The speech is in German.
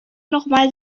nochmal